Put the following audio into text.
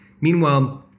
meanwhile